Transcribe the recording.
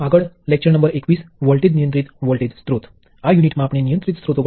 આગળ આપણી પાસે બીજું નિયંત્રિત સ્ત્રોત છે જે વોલ્ટેજ નિયંત્રિત પ્રવાહ સ્ત્રોત છે